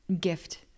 gift